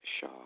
Shaw